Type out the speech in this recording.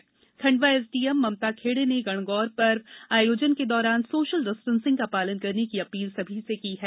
प्रदेश corona Khandwa SDM Mamta Khede ने गणगौर पर्व आयोजन के दौरान सोशल डिस्टेंसिंग का पालन करने की अपील सभी से की है